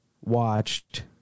watched